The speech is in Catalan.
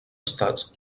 estats